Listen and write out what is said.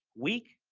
week,